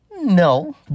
No